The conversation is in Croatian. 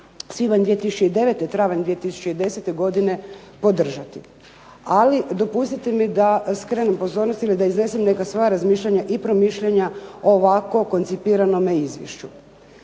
svibanj 2009.-travanj 2010. godine podržati, ali dopustite mi da skrenem pozornost ili da iznesem neka svoja razmišljanja i promišljanja o ovako koncipiranome izvješću.